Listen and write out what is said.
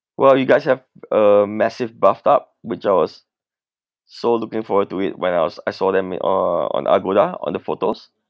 well you guys have a massive bathtub which I was so looking forward to it when I was I saw them uh on Agoda on the photos